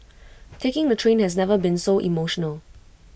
taking the train has never been so emotional